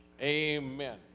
Amen